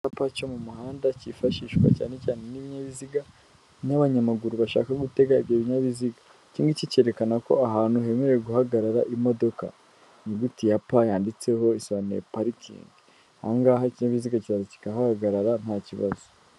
Iki icyapa cyo mu muhanda cyifashishwa cyane cyane ib'ibinyabiziga n'abanyamaguru bashaka gutega ibyo binyabiziga, iki ngiki cyerekana ko ahantu hemerewe guhagarara imodoka, inyuguti ya p yanditseho isobanuye parikingi, aha ngaha ikinyabiziga kiraza kikahahagarara ntakibazo.